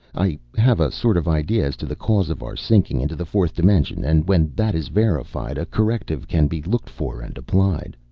i have a sort of idea as to the cause of our sinking into the fourth dimension, and when that is verified, a corrective can be looked for and applied.